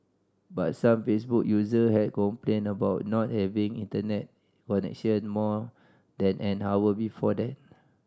but some Facebook user had complained about not having Internet connection more than an hour before that